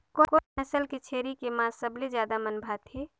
कोन नस्ल के छेरी के मांस सबले ज्यादा मन भाथे?